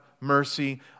mercy